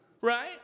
right